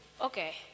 Okay